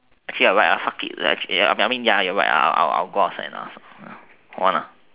actually you're right ah fuck it I I I am mean you're right I I will go outside and ask hold on ah